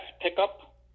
pickup